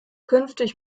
künftig